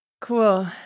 cool